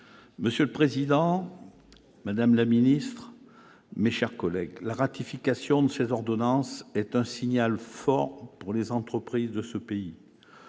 Monsieur le président, madame la ministre, mes chers collègues, la ratification de ces ordonnances constitue un signal fort pour les entreprises de ce pays.